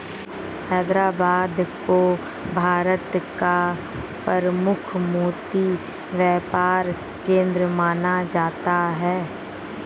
हैदराबाद को भारत का प्रमुख मोती व्यापार केंद्र माना जाता है